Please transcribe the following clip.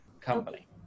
company